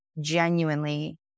genuinely